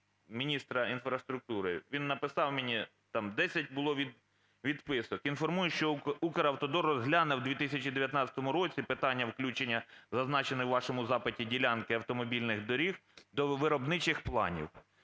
міністра інфраструктури. Він написав мені (там 10 було відписок): "Інформую, що "Укравтодор" розгляне в 2019 році питання включення зазначені у вашому запиті ділянки автомобільних доріг до виробничих планів".